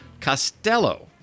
Costello